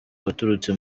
waturutse